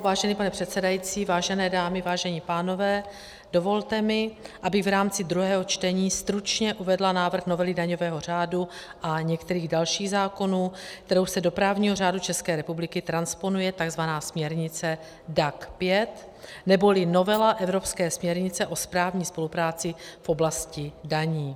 Vážený pane předsedající, vážené dámy, vážení pánové, dovolte mi, abych v rámci druhého čtení stručně uvedla návrh novely daňového řádu a některých dalších zákonů, kterou se do právního řádu České republiky transponuje tzv. směrnice DAC 5 neboli novela evropské směrnice o správní spolupráci v oblasti daní.